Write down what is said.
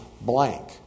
blank